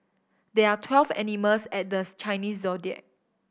there are twelve animals at the Chinese Zodiac